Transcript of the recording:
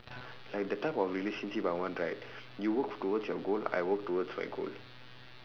like the type of relationship I want right you work towards your goal I work towards my goal